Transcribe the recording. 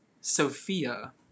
Sophia